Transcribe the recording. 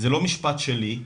זה לא משפט שלי,